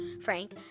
Frank